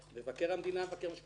מבקר המדינה מבקר את מה שקורה בחטיבה,